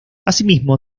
asimismo